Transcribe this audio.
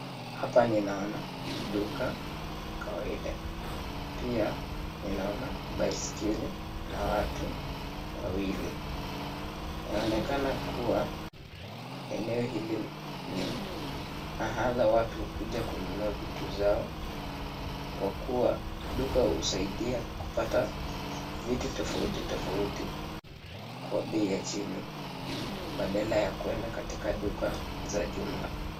Hapa ninaona duka la kawaida pia ninaona baisikeli na watu wawili inaonekana kuwa eneo hili ni mahala watu hukuja kununua vitu zao kwa kuwa duka husaidia kupata vitu tofauti tofauti kwa bei ya chini badala ya kwenda kwa duka za jumla